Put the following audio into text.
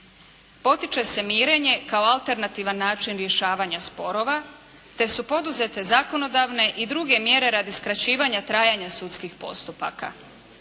Potiče se mirenje kao alternativan način rješavanje sporova, te su poduzete zakonodavne i druge mjere radi skraćivanja trajanja sudskih postupaka.